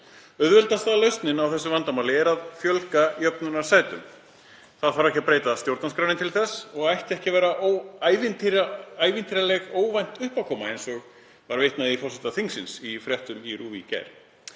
Auðveldasta lausnin á þessu vandamáli er að fjölga jöfnunarsætum. Það þarf ekki að breyta stjórnarskránni til þess og ætti ekki að vera ævintýraleg, óvænt uppákoma, eins og var haft eftir forseta þingsins í fréttum RÚV í gær.